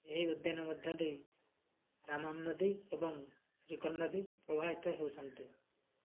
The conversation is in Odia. ଏହି ଉଦ୍ୟାନ ମଧ୍ୟଦେଇ ରାମ୍ମାମ୍ ନଦୀ ଏବଂ ଶ୍ରୀଖୋଲ ନଦୀ ପ୍ରବାହିତ ହେଉଛନ୍ତି